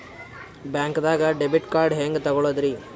ಬ್ಯಾಂಕ್ದಾಗ debit card ಹೆಂಗ್ ತಗೊಳದ್ರಿ?